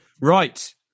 Right